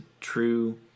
true